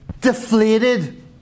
Deflated